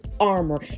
armor